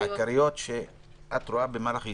אם זה הנהלת בתי